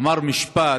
אמר משפט: